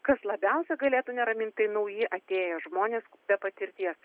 kas labiausiai galėtų neramint tai nauji atėję žmonės be patirties